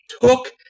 took